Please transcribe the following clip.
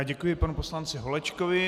Děkuji panu poslanci Holečkovi.